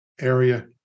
area